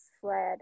fled